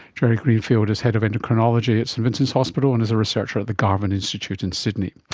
jerry greenfield is head of endocrinology at st vincent's hospital and is a researcher at the garvan institute in sydney.